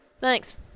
Thanks